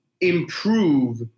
improve